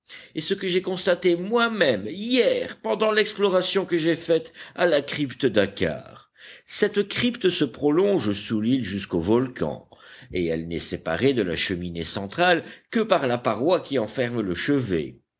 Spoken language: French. et ce que j'ai constaté moi-même hier pendant l'exploration que j'ai faite à la crypte dakkar cette crypte se prolonge sous l'île jusqu'au volcan et elle n'est séparée de la cheminée centrale que par la paroi qui en ferme le chevet